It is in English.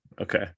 Okay